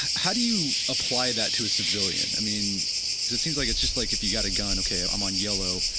how do you apply that to a civilian? i mean because it seemed like it's just like if you got a gun, okay, i'm on yellow